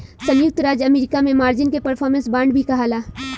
संयुक्त राज्य अमेरिका में मार्जिन के परफॉर्मेंस बांड भी कहाला